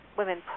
women